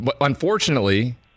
unfortunately